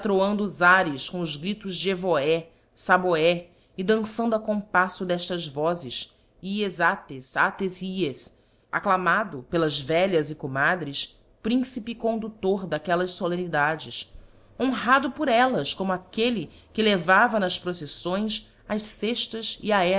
os ares com os gritos de evoi saboé e danfando a compaíto d'eftas vozes hyes atíes attes hyes acclamado pelas velhas e comadres príncipe e conduólor daquellas folemnidades honrado por ellas como aquelle que levava nas procifloes as ceftas e